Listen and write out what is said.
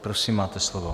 Prosím, máte slovo.